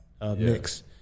mix